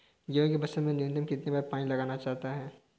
गेहूँ की फसल में न्यूनतम कितने बार पानी लगाया जाता है?